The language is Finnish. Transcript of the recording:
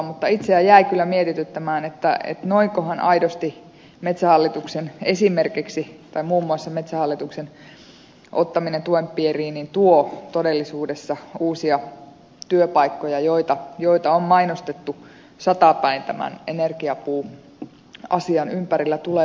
mutta itseäni jäi kyllä mietityttämään noinkohan aidosti muun muassa metsähallituksen ottaminen tuen piiriin tuo todellisuudessa uusia työpaikkoja joita on mainostettu satapäin tämän energiapuuasian ympärillä tulevan